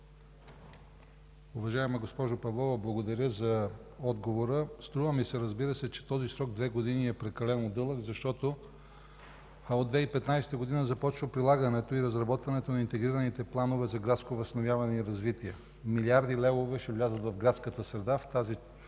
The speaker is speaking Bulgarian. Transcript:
Уважаема госпожо Павлова, благодаря за отговора. Струва ми се, разбира се, че този срок от две години е прекалено дълъг, защото от 2015 г. започна прилагането и разработването на интегрираните планове за градско възстановяване и развитие – милиарди левове ще влязат в градската среда и